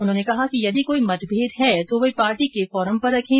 उन्होंने कहा कि यदि कोई मतभेद है तो वे पार्टी के फोरम पर रखें